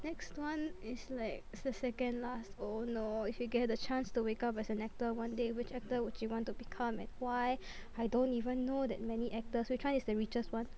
next one is like se~ second last oh no if you get the chance to wake up as an actor one day which actor would you want to become and why I don't even know that many actors which one is the richest one